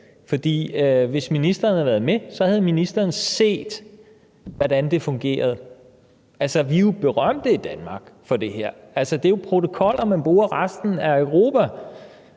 hvis ministeren havde været med, havde ministeren set, hvordan det fungerede. Altså, vi er jo berømte i Danmark for det her, det er jo protokoller, som man bruger i resten af Europa.